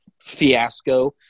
fiasco